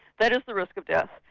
that is the risk of death.